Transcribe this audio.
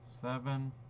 Seven